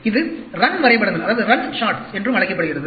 இது ரன் வரைபடங்கள் என்றும் அழைக்கப்படுகிறது